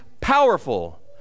powerful